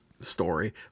story